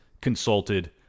consulted